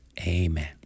amen